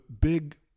big